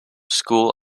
school